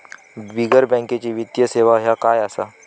बिगर बँकेची वित्तीय सेवा ह्या काय असा?